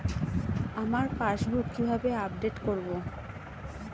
আমার পাসবুক কিভাবে আপডেট করবো?